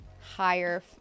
higher